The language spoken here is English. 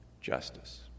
justice